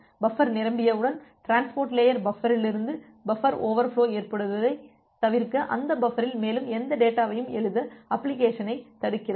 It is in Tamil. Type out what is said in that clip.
பஃபர் நிரம்பியவுடன் டிரான்ஸ்போர்ட் லேயர் பஃபரிலிருந்து பஃபர் ஓவர்ஃபோலோ ஏற்படுவதைத் தவிர்க்க அந்த பஃபரில் மேலும் எந்த டேட்டாவையும் எழுத அப்ளிகேஷனைத் தடுக்கிறது